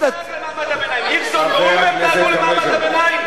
מי דאג למעמד הביניים?